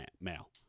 male